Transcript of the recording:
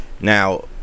Now